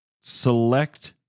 select